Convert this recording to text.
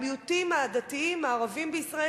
המיעוטים הדתיים הערביים בישראל,